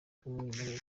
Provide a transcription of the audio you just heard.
bw’umwimerere